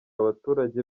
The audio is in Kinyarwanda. abaturage